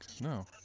no